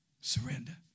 Surrender